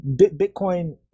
Bitcoin